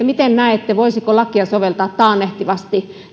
miten näette voisiko lakia soveltaa taannehtivasti